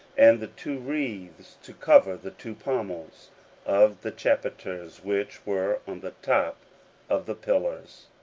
and the two wreaths to cover the two pommels of the chapiters which were on the top of the pillars